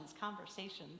conversations